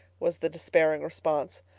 was the despairing response.